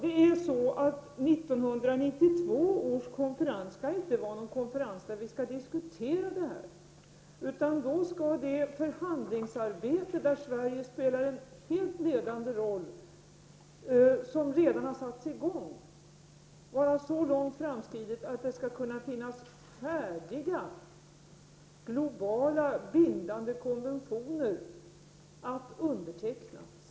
1992 års konferens skall inte vara en konferens där detta skall diskuteras, utan då skall det förhandlingsarbete i vilket Sverige spelar en ledande roll och som redan har satts i gång vara så långt framskridet att det senast då skall finnas globala, bindande konventioner färdiga att underteckna.